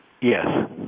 Yes